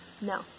no